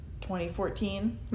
2014